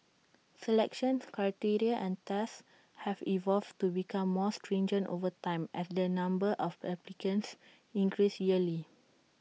selection criteria and tests have evolved to become more stringent over time as the number of applicants increase yearly